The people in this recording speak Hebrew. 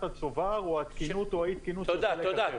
הצובר או התקינות או אי התקינות של --- יש,